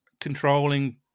controlling